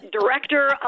director